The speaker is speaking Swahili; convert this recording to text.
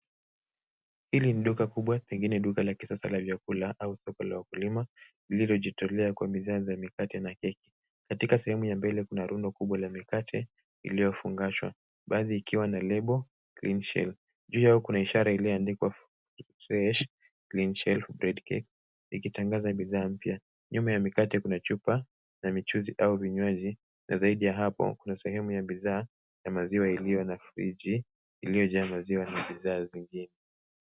Hili ni duka kubwa pengine duka la kisasa la vyakula au soko la ukulima vilivyo jitolea kuwa bidhaa za mkate na keki. Katika sehemu ya mbele kuna rundo kubwa la mikate iliyofungashwa baadhi ikiwa na lebo greenshell ju yao kuna ishara iliyo andikwa Fresh Greenshell For Bread Cake ikitangaza bidhaa mpya, nyuma ya mikate kuna chupa ya mchuuzi au vinywaji na zaidi ya hapo kuna sehemu ya bidhaa ya maziwa iliyo na fridgi iliyojaa maziwa na bidhaa zingine.